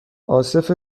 عاصف